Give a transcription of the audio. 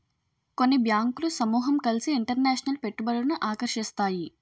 కొన్ని బ్యాంకులు సమూహం కలిసి ఇంటర్నేషనల్ పెట్టుబడులను ఆకర్షిస్తాయి